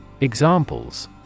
Examples